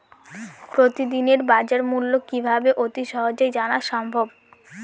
প্রতিদিনের বাজারমূল্য কিভাবে অতি সহজেই জানা সম্ভব?